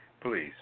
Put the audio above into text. please